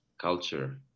culture